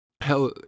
Hell